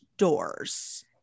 doors